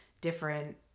different